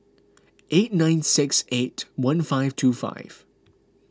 eight nine six eight one five two five